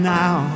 now